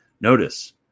Notice